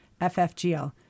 FFGL